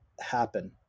happen